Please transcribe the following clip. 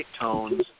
tones